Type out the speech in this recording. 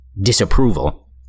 disapproval